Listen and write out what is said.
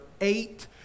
eight